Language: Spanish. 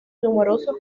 numerosos